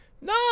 no